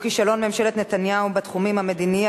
כישלון ממשלת נתניהו בתחום המדיני,